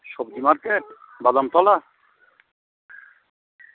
সবজি মার্কেট বাদামতলা